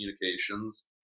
communications